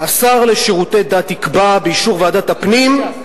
השר לשירותי דת יקבע, באישור ועדת הפנים,